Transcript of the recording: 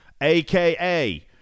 AKA